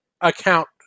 account